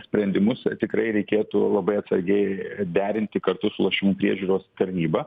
sprendimus tikrai reikėtų labai atsargiai derinti kartu su lošimų priežiūros tarnyba